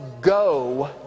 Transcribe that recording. go